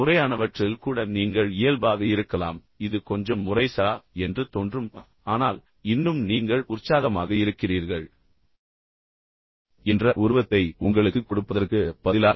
முறையானவற்றில் கூட நீங்கள் இயல்பாக இருக்கலாம் இது கொஞ்சம் முறைசாரா என்று தோன்றும் ஆனால் இன்னும் நீங்கள் உற்சாகமாக இருக்கிறீர்கள் என்ற உருவத்தை உங்களுக்குக் கொடுப்பதற்குப் பதிலாக